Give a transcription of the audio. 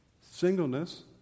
Singleness